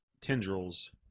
tendrils